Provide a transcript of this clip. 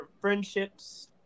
friendships